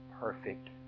perfect